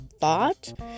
thought